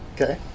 Okay